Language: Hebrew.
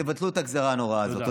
ותבטלו את הגזרה הנוראה הזאת.